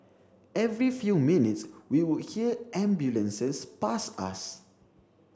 every few minutes we would hear ambulances pass us